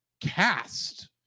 Cast